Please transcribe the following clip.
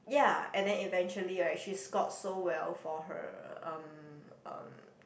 ya and then eventually right she scored so well for her um